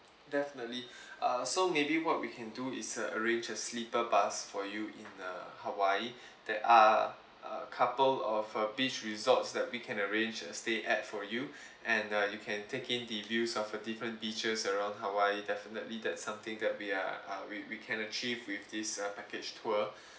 definitely uh so maybe what we can do is uh arrange a sleeper bus for you in uh hawaii there are a couple of uh beach resorts that we can arrange as stay at for you and uh you can take in the views of a different beaches surround hawaii definitely that's something that we are uh we we can achieve with this uh package tour